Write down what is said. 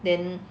then